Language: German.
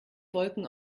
wolken